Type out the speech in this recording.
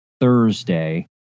Thursday